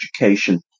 education